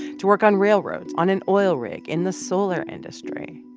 to work on railroads, on an oil rig, in the solar industry.